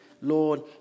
Lord